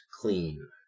clean